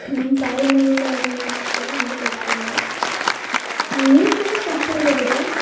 நம் தாய்மொழில வர்ற நியூஸ் பேப்பரை வந்து படிக்கிறாங்க நியூஸ் பேப்பர் படிக்கிறதை விட